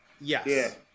Yes